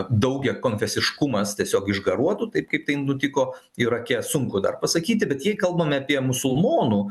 daugiakonfesiškumas tiesiog išgaruotų taip kaip tai nutiko irake sunku dar pasakyti bet jei kalbame apie musulmonų